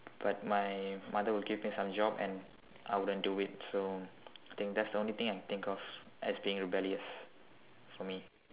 but my mother will give me some job and I wouldn't do it so think that's the only thing I can think of as being rebellious for me